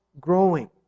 growing